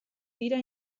dira